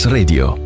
Radio